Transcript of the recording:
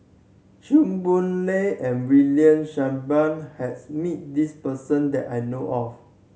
Chew Boon Lay and William Shellabear has meet this person that I know of